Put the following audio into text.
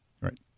Right